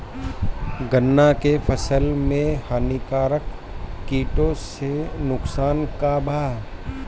गन्ना के फसल मे हानिकारक किटो से नुकसान बा का?